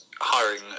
hiring